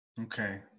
Okay